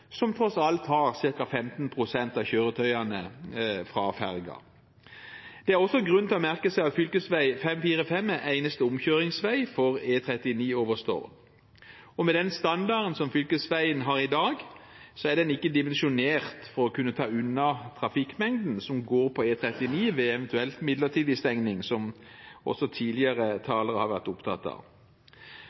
som tross alt har ca. 15 pst. av kjøretøyene fra fergen. Det er også grunn til å merke seg at fv. 545 er eneste omkjøringsvei for E39 over Stord. Med den standarden som fylkesveien har i dag, er den ikke dimensjonert for å kunne ta unna trafikkmengden på E39 ved eventuelt midlertidig stengning, noe som også tidligere talere har vært opptatt av.